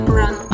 run